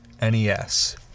NES